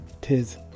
Tis